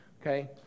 Okay